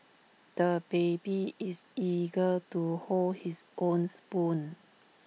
the baby is eager to hold his own spoon